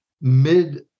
mid